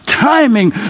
Timing